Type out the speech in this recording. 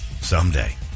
Someday